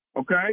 Okay